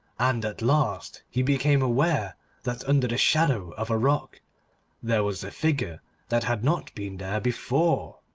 and at last he became aware that under the shadow of a rock there was a figure that had not been there before.